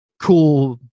cool